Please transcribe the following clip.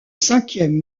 cinquième